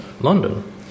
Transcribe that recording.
London